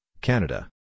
Canada